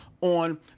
on